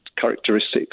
characteristics